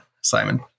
Simon